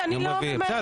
אני לא מתבכיינת,